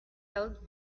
held